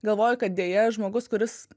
galvoju kad deja žmogus kuris